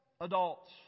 adults